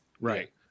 Right